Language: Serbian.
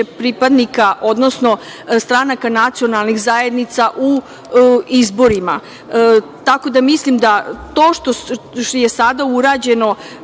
pripadnika, odnosno stranaka nacionalnih zajednica u izborima. Tako da, mislim da to što je sada urađeno,